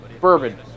bourbon